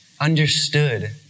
understood